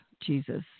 Jesus